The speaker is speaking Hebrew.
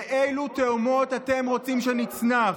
לאילו תהומות אתם רוצים שנצנח?